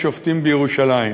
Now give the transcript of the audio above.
"יש שופטים בירושלים".